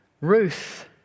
Ruth